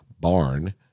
Barn